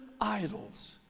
idols